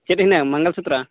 ᱪᱮᱫ ᱤᱧ ᱞᱟᱹᱭᱟ ᱢᱚᱝᱜᱚᱞ ᱥᱩᱛᱨᱚ